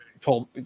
told